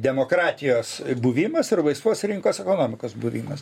demokratijos buvimas ir laisvos rinkos ekonomikos buvimas